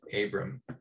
Abram